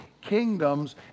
Kingdoms